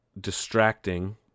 distracting